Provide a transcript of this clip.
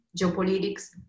geopolitics